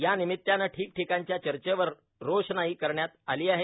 या निमितानं ठिकठिकाणच्या चर्चवर रोषणाई करण्यात आली आहे